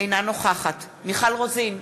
אינה נוכחת מיכל רוזין,